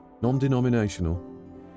non-denominational